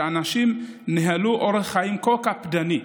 שאנשים ניהלו אורח חיים כה קפדני,